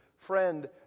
Friend